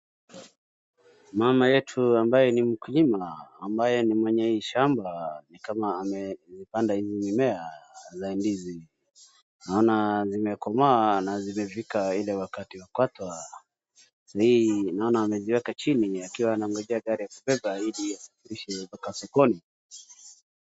Mama yetu ambaye ni mkulima ambaye ni mwenye hii shamba ni kama amepanda hizi mimea za ndizi. Naona zimekomaa na zimefika ile wakati wa kukatwa. Naona ameziweka chini akiwa amengojea gari ya kubeba ili afikishe mpaka sokoni.